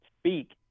speak